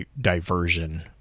diversion